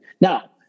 Now